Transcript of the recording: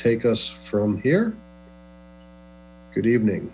take us from here good evening